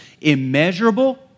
immeasurable